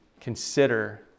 consider